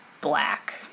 black